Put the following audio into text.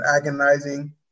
agonizing